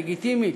לגיטימית,